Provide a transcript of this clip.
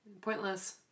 Pointless